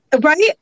right